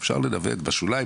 אפשר לנווט בשוליים.